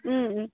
ওম